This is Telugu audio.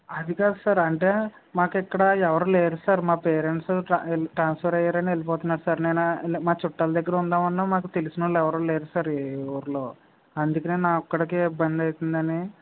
అది కాదు సార్ అంటే మాకు ఇక్కడ ఎవరు లేరు సార్ మా పేరెంట్సు వెళ్లి ట్రాన్స్ఫర్ అయ్యారని వెళ్లిపోతున్నాం సార్ నేను మా చుట్టాల దగ్గర ఉందామన్నా మాకు తెలిసిన వాళ్లు ఎవరు లేరు సార్ ఈ ఊరులో అందుకే నా ఒక్కడికే ఇబ్బంది అవుతుంది అని